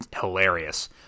hilarious